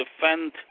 defend